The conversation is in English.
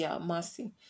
mercy